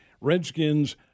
Redskins